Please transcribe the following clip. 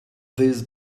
this